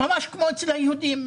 ממש כמו אצל היהודים.